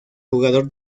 jugador